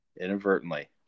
Inadvertently